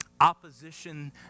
opposition